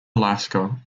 alaska